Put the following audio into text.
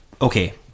Okay